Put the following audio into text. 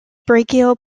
brachial